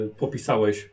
popisałeś